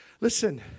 Listen